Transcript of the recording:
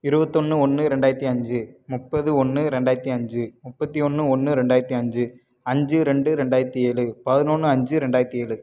இருவத்தொன்று ஒன்று ரெண்டாயிரத்து அஞ்சு முப்பது ஒன்று ரெண்டாயிரத்து அஞ்சு முப்பத்து ஒன்று ஒன்று ரெண்டாயிரத்து அஞ்சு அஞ்சு ரெண்டு ரெண்டாயிரத்து ஏழு பதினொன்று அஞ்சு ரெண்டாயிரத்து ஏழு